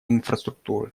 инфраструктуры